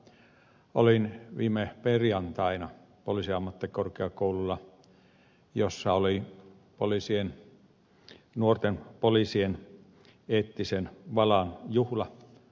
olin viime perjantaina poliisiammattikorkeakoululla missä oli nuorten poliisien eettisen valan juhla